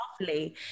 lovely